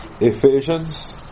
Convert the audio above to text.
Ephesians